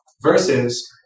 versus